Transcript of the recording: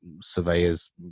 surveyors